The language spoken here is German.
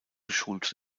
geschult